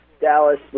Dallas